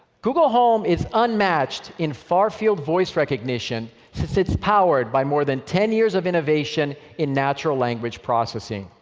google home is unmatched in far-field voice recognition since its powered by more than ten years of innovation in natural language processing.